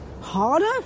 Harder